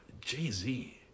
Jay-Z